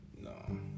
No